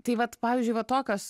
tai vat pavyzdžiui va tokios